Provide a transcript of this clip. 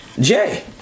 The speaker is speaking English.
Jay